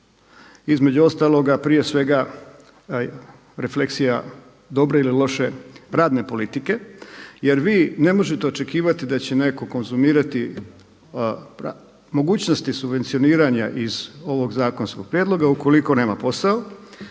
Između ostaloga prije svega refleksija dobre ili loše radne politike, jer vi ne možete očekivati da će netko konzumirati mogućnosti subvencioniranja iz ovog zakonskog prijedloga ukoliko nema posao,